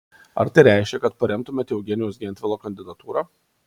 ar tai reiškia kad paremtumėte eugenijaus gentvilo kandidatūrą